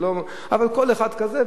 אבל כל אחד כזה,